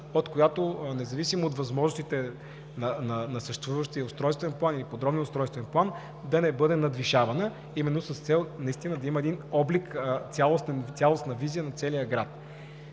от която независимо от възможностите на съществуващия устройствен план и подробен устройствен план, да не бъде надвишавана именно с цел да има един цялостен облик и визия за целия град.